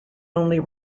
only